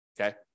okay